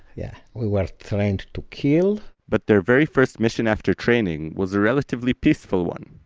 yeah. we were trained to kill but their very first mission after training was a relatively peaceful one,